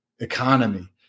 economy